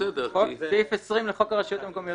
סעיף 20 לחוק הרשויות המקומיות